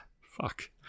fuck